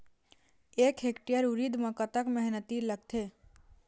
एक हेक्टेयर उरीद म कतक मेहनती लागथे?